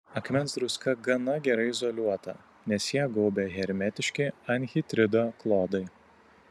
akmens druska gana gerai izoliuota nes ją gaubia hermetiški anhidrito klodai